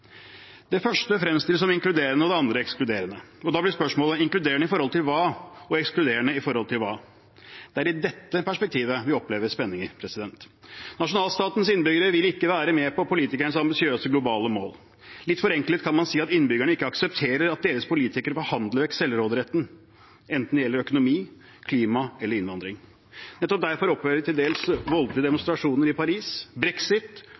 Det første fremstilles som inkluderende, og det andre ekskluderende. Da blir spørsmålet: Inkluderende i forhold til hva, og ekskluderende i forhold til hva? Det er i dette perspektivet vi opplever spenninger. Nasjonalstatens innbyggere vil ikke være med på politikernes ambisiøse globale mål. Litt forenklet kan man si at innbyggerne ikke aksepterer at deres politikere forhandler vekk selvråderetten, enten det gjelder økonomi, klima eller innvandring. Nettopp derfor opplever vi til dels voldelige demonstrasjoner i Paris, brexit